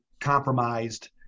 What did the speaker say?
compromised